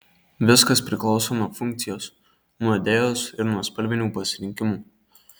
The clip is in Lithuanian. viskas priklauso nuo funkcijos nuo idėjos ir nuo spalvinių pasirinkimų